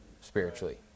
spiritually